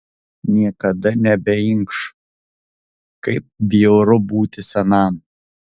niekada nebeinkš kaip bjauru būti senam